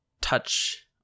touch